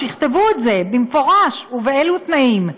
שיכתבו את זה במפורש ובאילו תנאים.